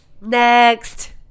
Next